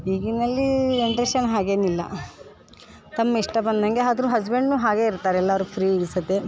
ಈಗಿನಲ್ಲಿ generation ಹಾಗೇನಿಲ್ಲ ತಮ್ಮಿಷ್ಟ ಬಂದಂಗೆ ಹಾದ್ರು ಹಸ್ಬೆಂಡ್ನೂ ಹಾಗೆ ಇರ್ತಾರೆ ಎಲ್ಲರೂ ಫ್ರೀ ಸತೆ